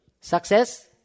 Success